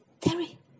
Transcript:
Terry